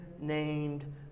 named